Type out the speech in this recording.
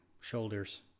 shoulders